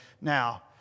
now